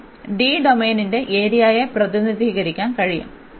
ഇതിന് D ഡൊമെയ്നിന്റെ ഏരിയയെ പ്രതിനിധീകരിക്കാൻ കഴിയും